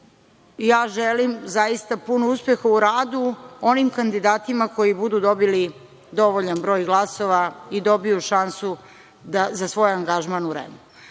ja želim zaista puno uspeha u radu onim kandidatima koji budu dobili dovoljan broj glasova i dobiju šansu za svoj angažman u